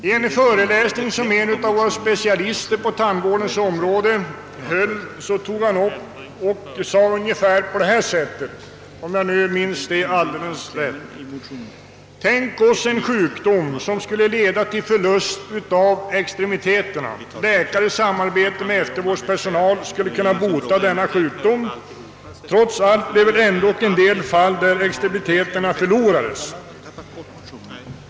I en föreläsning som en av våra specialister på tandvårdens område höll sade han — om ' jag minns rätt — ungefär följande: Låt oss tänka oss en sjukdom som kan leda till förlust av extremiteterna. Läkare i samarbete med eftervårdspersonal skulle kunna bota den, men trots allt skulle människor i en del fall ändock förlora extremiteterna.